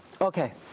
Okay